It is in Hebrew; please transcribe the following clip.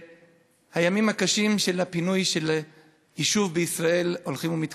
שהימים הקשים של הפינוי של יישוב בישראל הולכים ומתקרבים.